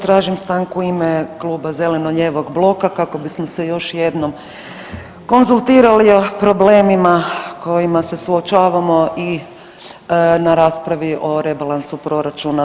Tražim stanku u ime Kluba zeleno-lijevog bloka kako bismo se još jednom konzultirali o problemima kojima se suočavamo i na raspravi o rebalansu proračuna.